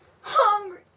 HUNGRY